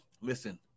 Listen